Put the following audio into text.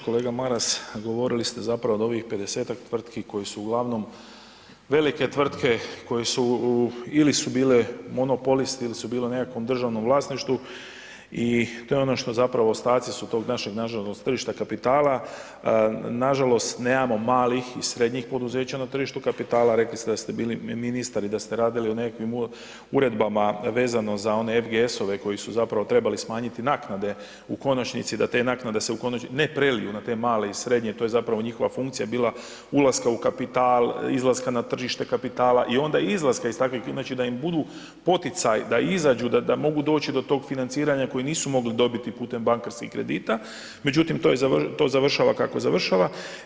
Kolega Maras, govorili ste zapravo od ovih 50.-tak tvrtki koji su uglavnom velike tvrtke, koji su u, ili su bile monopolisti ili su bile u nekakvom državnom vlasništvu i to je ono što zapravo ostaci su tog našeg nažalost tržišta kapitala, nažalost nemamo malih i srednjih poduzeća na tržištu kapitala, rekli ste da ste bili ministar i da ste radili u nekakvim uredbama vezano za one FGS-ove koji su zapravo trebali smanjiti naknade u konačnici da te naknade se u konačnici ne preliju na te male i srednje, to je zapravo njihova funkcija bila ulaska u kapital, izlaska na tržište kapitala i onda izlaska iz takvih, znači da im budu poticaj da izađu, da mogu doći do tog financiranja koje nisu mogli dobiti putem bankarskih kredita, međutim to završava kako završava.